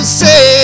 say